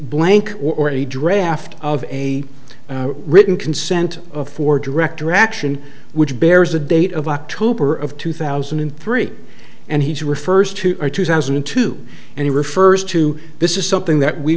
blank or a draft of a written consent for director action which bears a date of october of two thousand and three and he refers to are two thousand and two and he refers to this is something that we